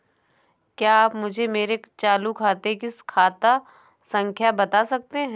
क्या आप मुझे मेरे चालू खाते की खाता संख्या बता सकते हैं?